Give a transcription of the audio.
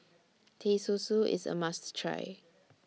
Teh Susu IS A must Try